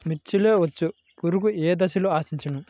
మిర్చిలో పచ్చ పురుగు ఏ దశలో ఆశించును?